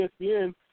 ESPN